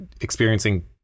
experiencing